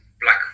black